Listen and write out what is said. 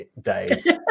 days